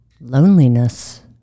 Loneliness